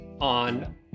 on